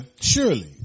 Surely